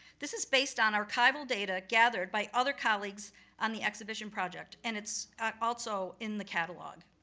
this is based on archival data gathered by other colleagues on the exhibition project, and it's also in the catalog,